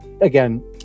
again